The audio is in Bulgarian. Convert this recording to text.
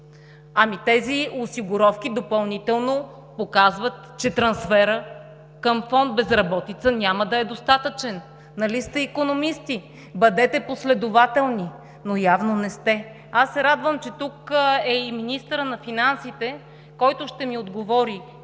Ами тези осигуровки допълнително показват, че трансферът към фонд „Безработица“ няма да е достатъчен! Нали сте икономисти? Бъдете последователни! Но явно не сте. Аз се радвам, че тук е и министърът на финансите, който ще ми отговори: